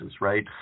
right